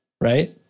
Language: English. right